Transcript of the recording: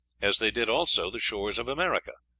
as they did also the shores of america.